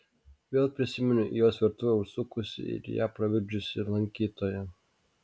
vėl prisiminiau į jos virtuvę užsukusį ir ją pravirkdžiusį lankytoją